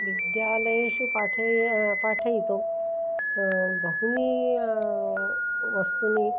विद्यालयेषु पाठयितुं पाठयितुं बहूनि वस्तुनि